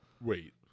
Wait